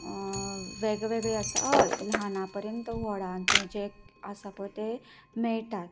वेगळेवेगळे आसतात हय ल्हाना पर्यंत व्हडा परें जे आसा पळय ते मेळटात